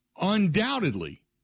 undoubtedly